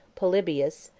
polybius,